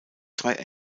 drei